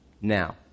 Now